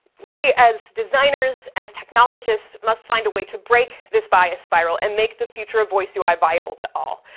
we as designers, as technologists must find a way to break this bias spiral, and make the future a voice ui viable to all.